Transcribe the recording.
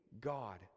God